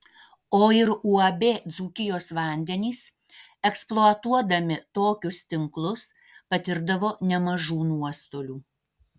o ir uab dzūkijos vandenys eksploatuodami tokius tinklus patirdavo nemažų nuostolių